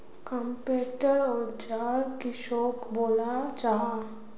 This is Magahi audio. कारपेंटर औजार किसोक बोलो जाहा?